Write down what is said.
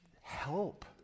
help